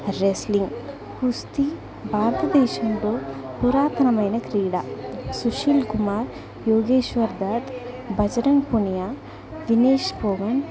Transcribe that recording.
wrestling కుస్తి భారతదేశంలో పురాతనమైన క్రీడా సుశీల్ కుమార్ యోగేశ్వర్ దత్ బజరంగ్ పునియా దినేష్ పుల్వన్త్